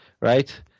Right